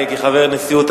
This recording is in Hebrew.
אני חבר נשיאות,